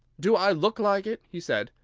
do i look like it? he said.